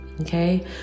Okay